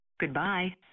Goodbye